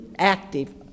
Active